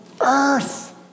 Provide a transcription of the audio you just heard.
earth